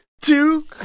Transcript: two